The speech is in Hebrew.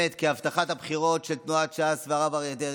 כהבטחת הבחירות של תנועת ש"ס והרב אריה דרעי,